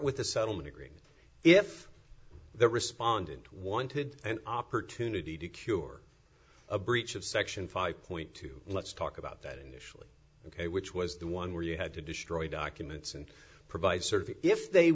with the settlement agreement if the respondent wanted an opportunity to cure a breach of section five point two let's talk about that initially ok which was the one where you had to destroy documents and provide sort of if they